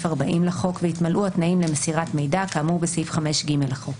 40 לחוק והתמלאו התנאים למסירת מידע כאמור בסעיף 5(ג) לחוק,